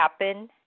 happen